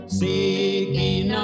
seeking